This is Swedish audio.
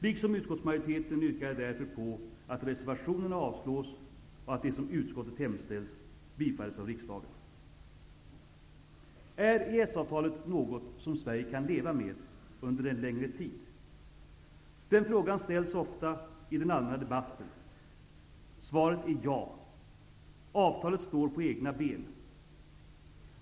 Liksom utskottsmajoriteten yrkar jag därför på att reservationerna avslås och att det som utskottet hemställt bifalles av riksdagen. Är EES-avtalet något som Sverige kan leva med under en längre tid? Den frågan ställs ofta i den allmänna debatten. Svaret är ja. Avtalet står på egna ben.